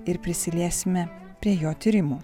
ir prisiliesime prie jo tyrimų